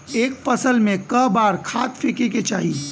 एक फसल में क बार खाद फेके के चाही?